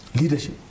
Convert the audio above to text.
leadership